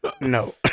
No